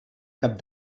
cap